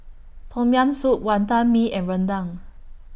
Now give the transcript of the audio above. Tom Yam Soup Wantan Mee and Rendang